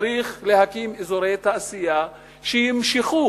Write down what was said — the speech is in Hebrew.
צריך להקים אזורי תעשייה שימשכו